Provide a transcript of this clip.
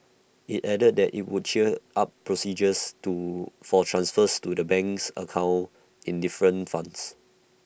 IT added that IT would cheer up procedures to for transfers to the banks account for different funds